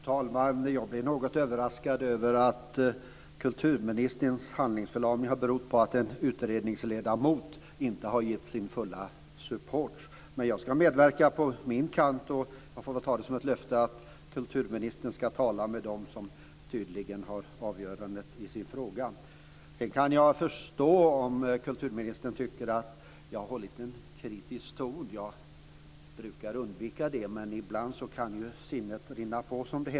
Fru talman! Jag blir något överraskad över att kulturministerns handlingsförlamning har berott på att en ledamot i en utredning inte har gett sin fulla support. Jag ska medverka på min kant, och jag får ta det som ett löfte att kulturministern ska tala med dem som har avgörandet i sin hand. Jag kan förstå om kulturministern tycker att jag har haft en kritisk ton. Jag brukar undvika det, men ibland kan sinnet rinna på.